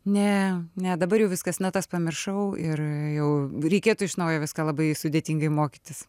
ne ne dabar jau viskas natas pamiršau ir jau reikėtų iš naujo viską labai sudėtingai mokytis